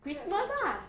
christmas ah